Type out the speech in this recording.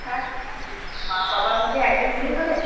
হ্যাঁ শুধু মা বাবার মধ্যে একজন গেলেই হবে